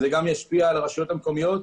זה גם ישפיע על הרשויות המקומיות,